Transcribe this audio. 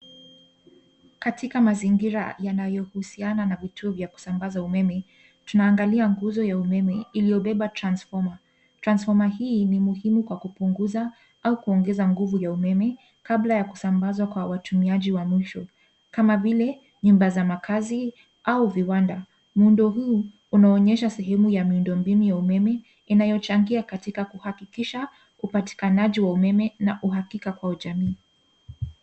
Katika mazingira yanayohusiana na vituo vya kusambaza umeme, tunaangalia nguzo ya umeme iliyobeba transfoma. Transfoma hii ni muhimu kwa kupunguza au kuongeza nguvu ya umeme kabla ya kusambazwa kwa watumiaji wa mwisho kama vile nyumba za makazi au viwanda. Muundo huu unaonyesha sehemu ya miundombinu ya umeme inayochangia katika kuhakikisha upatikanaji wa umeme na uhakika kwa jamii.